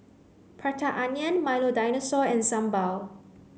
prata onion Milo Dinosaur and sambal